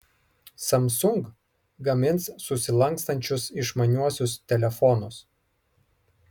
samsung gamins susilankstančius išmaniuosius telefonus